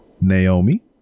Naomi